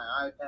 iPad